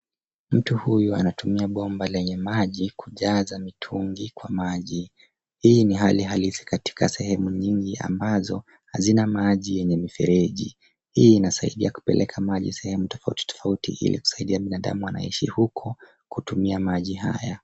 Mtu huyu anatumia bomba lenye maji kujaza mitungi kwa maji. Hii ni hali halisi katika sehemu nyingi ambazo hazina maji yenye mifereji. Hii inasaidia kupeleka maji sehemu tofauti tofauti ili kusaidia binadamu anayeishi huko kutumia maji haya.